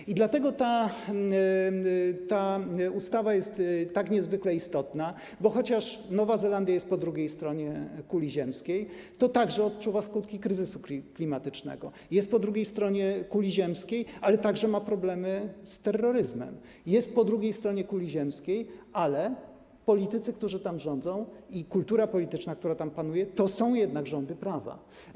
I dlatego ta ustawa jest tak niezwykle istotna, bo chociaż Nowa Zelandia jest po drugiej stronie kuli ziemskiej, to także odczuwa skutki kryzysu klimatycznego, jest po drugiej stronie kuli ziemskiej, ale także ma problemy z terroryzmem, jest po drugiej stronie kuli ziemskiej, ale politycy, którzy tam rządzą, i kultura polityczna, która tam panuje, to są jednak rządy prawa.